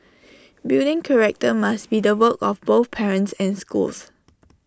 building character must be the work of both parents and schools